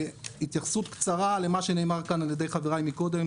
והתייחסות קצרה למה שנאמר כאן על ידי חבריי מקודם,